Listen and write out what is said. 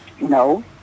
no